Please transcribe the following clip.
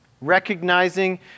Recognizing